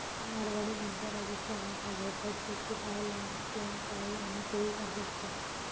मारवाडी मेंढ्या राजस्थानात आढळतात, तिचे पाय लांब, तोंड काळे आणि शरीर पांढरे असते